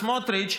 סמוטריץ',